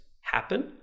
happen